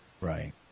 right